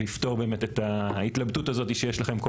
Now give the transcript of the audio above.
ויפתור באמת את ההתלבטות הזאת שיש לכם כל